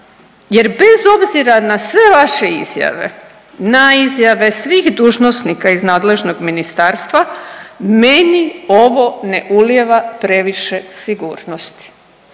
jer bez obzira na sve vaše izjave, na izjave svih dužnosnika iz nadležnog ministarstva, meni ovo ne ulijeva previše sigurnosti.